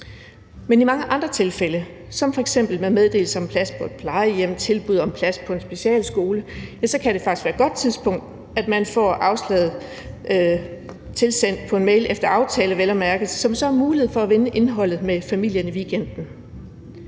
Men i mange andre tilfælde, når det f.eks. gælder en meddelelse om plads på et plejehjem eller tilbud om plads på en specialskole, kan det faktisk være et godt tidspunkt at det tilsendt på, vel at mærke efter aftale, så man har mulighed for at vende indholdet med familien i weekenden.